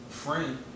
friend